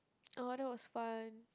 oh that was fun